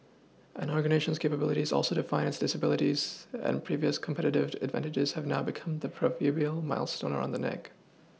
an organisation's capabilities also define its disabilities and previous competitive advantages have now become the proverbial millstone around the neck